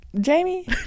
jamie